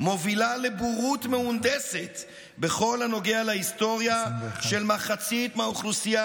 מובילה לבורות מהונדסת בכל הנוגע להיסטוריה של מחצית מהאוכלוסייה